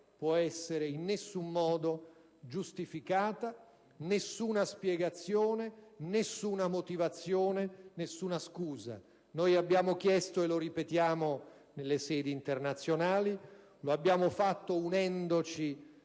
può essere mai in alcun modo giustificata: nessuna spiegazione, nessuna motivazione, nessuna scusa. Lo abbiamo chiesto e lo ripetiamo nelle sedi internazionali, unendoci